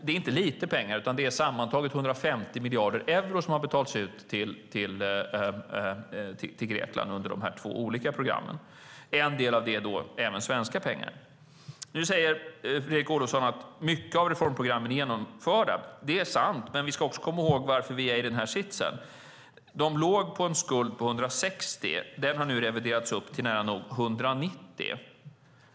Det är inte lite pengar, utan det är sammantaget 150 miljarder euro som har betalats ut till Grekland under de här två olika programmen. En del av det är då även svenska pengar. Nu säger Fredrik Olovsson att mycket av reformprogrammen är genomfört. Det är sant, men vi ska också komma ihåg varför vi är i den här sitsen. De låg på en skuld på 160. Den har nu reviderats upp till nära nog 190.